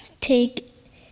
take